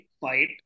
fight